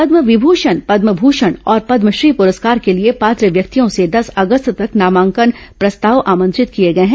पदम विभूषण पदम भूषण और पदमश्री पुरस्कार के लिए पात्र व्यक्तियों से दस अगस्त तक नामांकन प्रस्ताव आमंत्रित किए गए हैं